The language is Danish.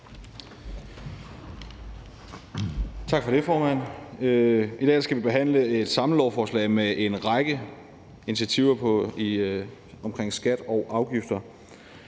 Tak for det, formand. I dag skal vi behandle et samlelovforslag med en række initiativer på skatte- og afgiftsområdet.